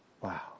Wow